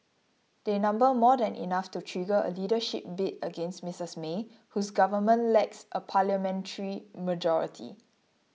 they number more than enough to trigger a leadership bid against Mistress May whose government lacks a parliamentary majority